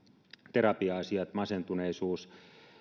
terapia asiat masentuneisuus